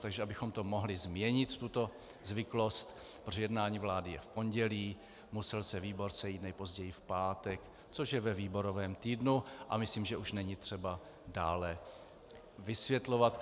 Takže abychom mohli změnit tuto zvyklost, protože jednání vlády je v pondělí, musel se výbor sejít nejpozději v pátek, což je ve výborovém týdnu, a myslím, že už není třeba dále vysvětlovat.